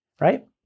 right